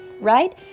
right